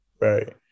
Right